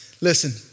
Listen